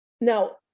Now